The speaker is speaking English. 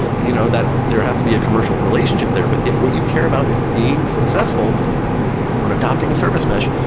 you know that there has to be a commercial relationship there. but if what you care about is being successful when adopting a service mesh,